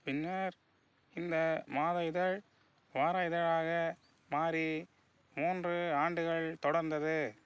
பின்னர் இந்த மாத இதழ் வார இதழாக மாறி மூன்று ஆண்டுகள் தொடர்ந்தது